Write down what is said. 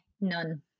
None